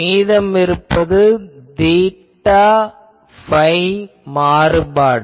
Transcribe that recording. மீதமிருப்பது theta phi மாறுபாடு